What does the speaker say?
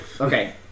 Okay